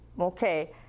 okay